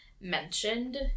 mentioned